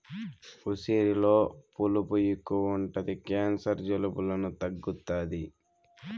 ఉసిరిలో పులుపు ఎక్కువ ఉంటది క్యాన్సర్, జలుబులను తగ్గుతాది